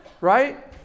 Right